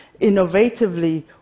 Innovatively